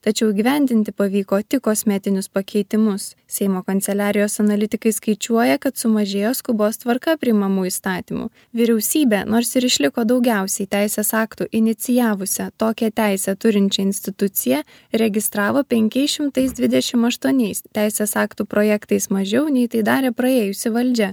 tačiau įgyvendinti pavyko tik kosmetinius pakeitimus seimo kanceliarijos analitikai skaičiuoja kad sumažėjo skubos tvarka priimamų įstatymų vyriausybė nors ir išliko daugiausiai teisės aktų inicijavusia tokią teisę turinčia institucija registravo penkiais šimtais dvidešim aštuoniais teisės aktų projektais mažiau nei tai darė praėjusi valdžia